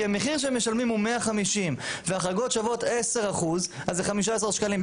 המחיר שהם משלמים הוא 150 וההחרגות שוות 10% אז זה 15 שקלים,